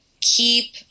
keep